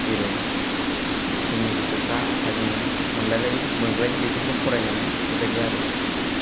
जेरै जोंनि गोसोफोरा थाजिम मोनग्लायो बेफोरखौ फरायनानै बेबायदि आरो